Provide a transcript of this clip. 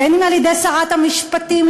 בין על-ידי שרת המשפטים,